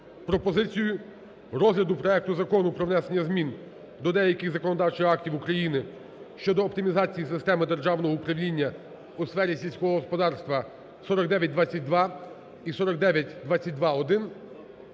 пропозицію розгляду проекту Закону про внесення змін до деяких законодавчих актів України щодо оптимізації системи державного управління у сфері сільського господарства (4922) і (4922-1)